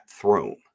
throne